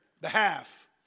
behalf